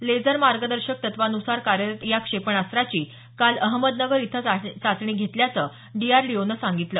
ledger मार्गदर्शक तत्त्वान्सार कार्यरत या क्षेपणास्त्राची काल अहमदनगर इथं चाचणी घेतल्याचं डीआरडीओनं सांगितलं